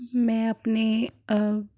ਮੈਂ ਆਪਣੇ